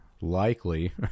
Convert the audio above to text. likely